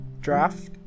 draft